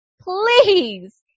please